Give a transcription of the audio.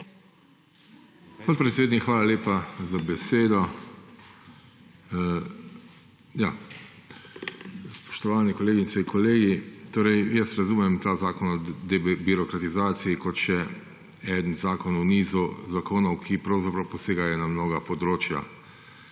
hvala lepa za besedo. Spoštovani kolegice, kolegi! Jaz razumem ta zakon o debirokratizaciji kot še en zakon v nizu zakonov, ki pravzaprav posegajo na mnoga področja.